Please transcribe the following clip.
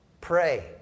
Pray